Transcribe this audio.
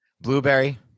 Blueberry